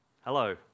Hello